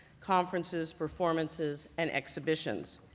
conferences, performances, and exhibitions.